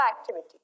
activity